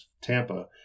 Tampa